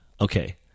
okay